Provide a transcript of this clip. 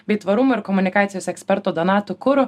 bei tvarumo ir komunikacijos ekspertu donatu kuru